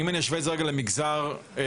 אם אני אשווה את זה רגע למגזר פיננסי,